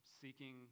seeking